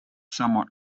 somewhat